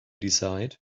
decide